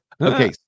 okay